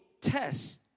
tests